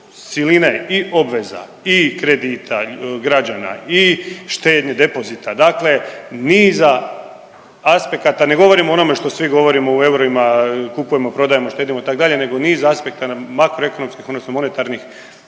siline i obveza i kredita građana i štednih depozita, dakle niza aspekata, ne govorim o onome što svi govorimo u eurima, kupujemo, prodajemo, štedimo itd. nego niz aspekata makroekonomskih odnosno monetarnih